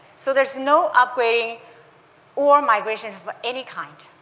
so there's no up-grade or migration of any kind.